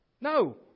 No